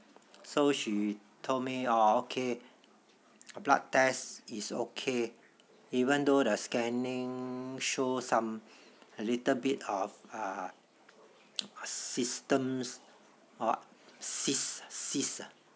so she told me oh okay blood test is okay even though the scanning show some a little bit of uh systems or what cysts cysts uh